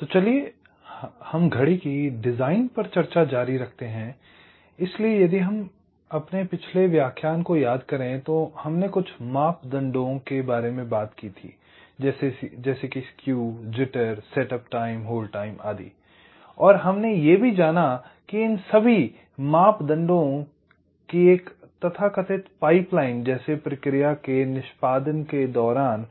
तो चलिए हम घड़ी की डिज़ाइन पर चर्चा जारी रखते हैं इसलिए यदि हम अपने पिछले व्याख्यान को याद करें तो हमने कुछ मापदंडों बात की थी जैसे कि skew jitter setup time hold time आदि I और और हमने ये भी जाना की इन सभी मापदंडो की एक तथाकथित पाइपलाइन जैसे प्रकिर्या के निष्पादन के दौरान